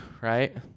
right